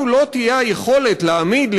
לנו לא תהיה יכולת להעמיד,